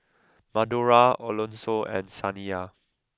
Madora Alonso and Saniya